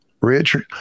Richard